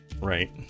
right